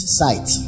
sight